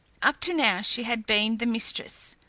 up to now she had been the mistress,